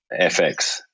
FX